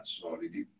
solidi